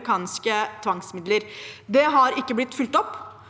mekaniske tvangsmidler. Det har ikke blitt fulgt opp,